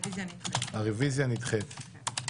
הרביזיה נדחית.